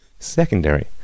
secondary